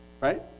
right